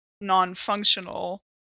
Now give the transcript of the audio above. non-functional